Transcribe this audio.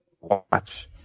watch